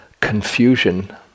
confusion